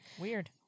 Weird